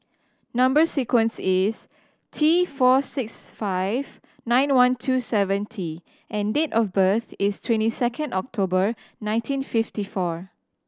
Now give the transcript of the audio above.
number sequence is T four six five nine one two seven T and date of birth is twenty second October nineteen fifty four